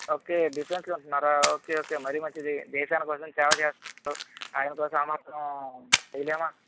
okay defence లో ఉంటున్నారా okay okay మరీ మంచింది దేశాని కోసం సేవ చేస్తున్నారు అయన కోసం ఆ మాత్రం చేయలేమా